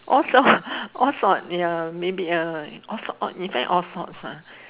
all sort all sort ya maybe uh all sort in fact all sorts lah